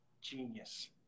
genius